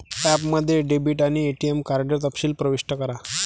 ॲपमध्ये डेबिट आणि ATM card तपशील प्रविष्ट करा